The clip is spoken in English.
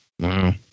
Wow